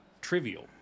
trivial